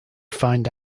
find